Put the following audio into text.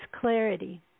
clarity